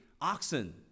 oxen